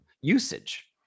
usage